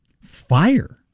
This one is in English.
fire